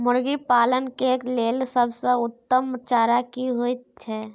मुर्गी पालन के लेल सबसे उत्तम चारा की होयत छै?